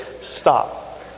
stop